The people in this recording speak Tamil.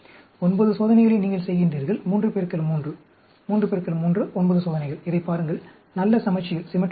9 சோதனைகளை நீங்கள் செய்கின்றீர்கள் 3 3 3 3 9 சோதனைகள் இதைப் பாருங்கள் நல்ல சமச்சீர் உள்ளது